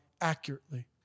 accurately